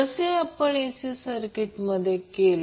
जसे आपण AC सर्किटमध्ये केले